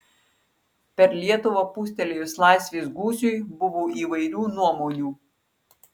per lietuvą pūstelėjus laisvės gūsiui buvo įvairių nuomonių